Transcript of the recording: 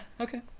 okay